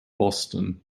boston